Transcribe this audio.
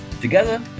Together